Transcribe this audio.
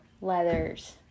leathers